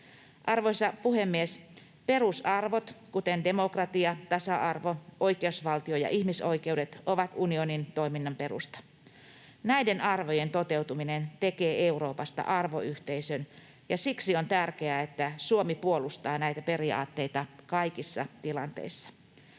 Arvoisa puhemies! Perusarvot, kuten demokratia, tasa-arvo, oikeusvaltio ja ihmisoikeudet, ovat unionin toiminnan perusta. Näiden arvojen toteutuminen tekee Euroopasta arvoyhteisön, ja siksi on tärkeää, että Suomi puolustaa näitä periaatteita kaikissa tilanteissa.